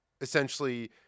essentially